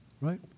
right